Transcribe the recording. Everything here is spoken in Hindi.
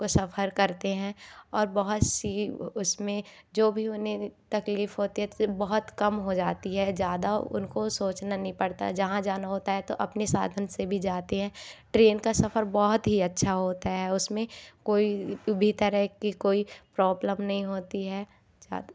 को सफ़र करते हैं और बहुत सी उसमें जो भी उन्हें तकलीफ़ होती है तो बहुत कम हो जाती है ज़्यादा उनको सोचना नहीं पड़ता जहाँ जाना होता है तो अपने साधन से भी जाते हैं ट्रेन का सफ़र बहुत ही अच्छा होता है उसमें कोई भी तरह की कोई प्रॉब्लम नहीं होती है ज्या